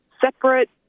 separate